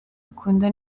akunda